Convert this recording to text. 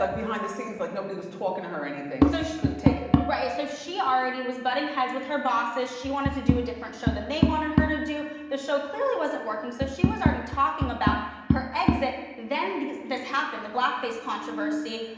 like behind the scenes, like nobody was talking to her or anything, so she couldn't take it. right, so she already was butting heads with her bosses, she wanted to do a different show than they wanted her to do, the show clearly wasn't working so she was already talking about her exit, then this happened, the blackface controversy,